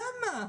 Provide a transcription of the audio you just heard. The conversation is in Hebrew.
למה?